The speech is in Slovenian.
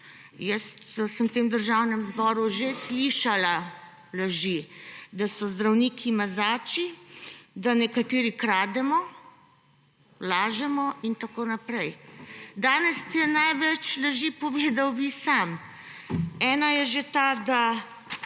jaz sem v tem državnem zboru že slišala laži. Da so zdravniki mazači, da nekateri krademo, lažemo in tako naprej. Danes ste največ laži povedal vi sam. Ena je že ta, da